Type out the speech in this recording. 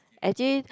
actually